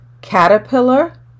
caterpillar